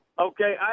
Okay